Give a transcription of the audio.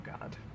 God